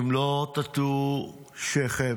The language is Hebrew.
אם לא תטו שכם,